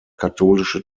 katholische